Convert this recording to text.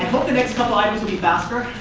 the next couple items will be faster.